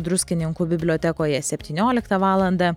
druskininkų bibliotekoje septynioliktą valandą